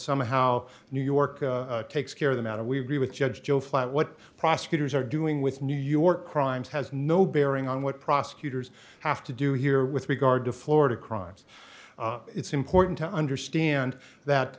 somehow new york takes care of them out of we agree with judge joe flat what prosecutors are doing with new york crimes has no bearing on what prosecutors have to do here with regard to florida crimes it's important to understand that